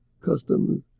customs